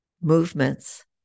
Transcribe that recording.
movements